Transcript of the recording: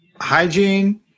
Hygiene